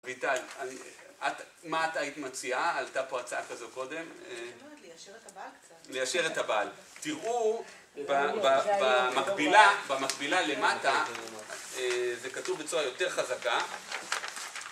ויטל, מה מה את היית מציעה? עלתה פה הצעה כזו קודם? הייתי אומרת ליישר את הבעל קצת. ליישר את הבעל. תראו במקבילה במקביל למטה, זה כתוב בצורה יותר חזקה.